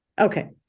Okay